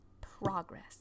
progress